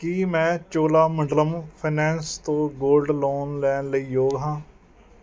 ਕੀ ਮੈਂ ਚੋਲਾਮੰਡਲਮ ਫਾਈਨੈਂਸ ਤੋਂ gold loan ਲੈਣ ਲਈ ਯੋਗ ਹਾਂ